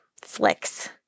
flicks